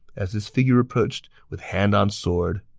as this figure approached with hand on sword,